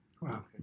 Wow